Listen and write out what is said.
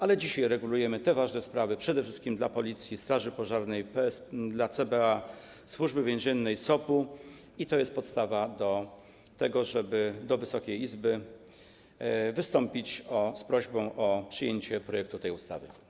Ale dzisiaj regulujemy te ważne sprawy przede wszystkim dla Policji, straży pożarnej, CBA, Służby Więziennej i SOP-u i to jest podstawa do tego, żeby do Wysokiej Izby wystąpić z prośbą o przyjęcie projektu tej ustawy.